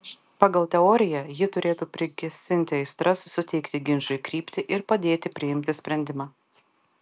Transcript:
pagal teoriją ji turėtų prigesinti aistras suteikti ginčui kryptį ir padėti priimti sprendimą